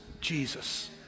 Jesus